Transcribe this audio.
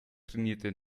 trainierte